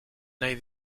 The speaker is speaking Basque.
nahi